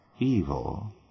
evil